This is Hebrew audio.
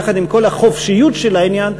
יחד עם כל החופשיות של העניין,